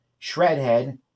Shredhead